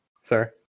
sir